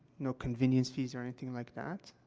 no convenience fees or anything like that,